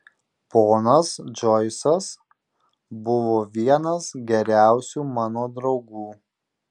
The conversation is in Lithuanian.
ponas džoisas buvo vienas geriausių mano draugų